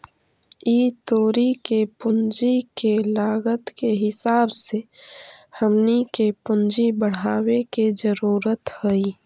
ई तुरी के पूंजी के लागत के हिसाब से हमनी के पूंजी बढ़ाबे के जरूरत हई